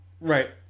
Right